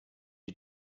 you